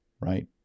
right